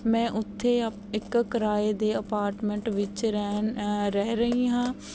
ਮੈਂ ਉੱਥੇ ਇੱਕ ਕਿਰਾਏ ਦੇ ਅਪਾਰਟਮੈਂਟ ਵਿੱਚ ਰਹਿਣ ਰਹਿ ਰਹੀ ਹਾਂ